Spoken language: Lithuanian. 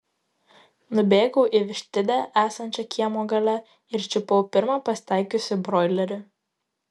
nubėgau į vištidę esančią kiemo gale ir čiupau pirmą pasitaikiusį broilerį